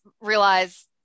realize